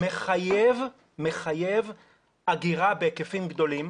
מחייב אגירה בהיקפים גדולים,